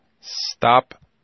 Stop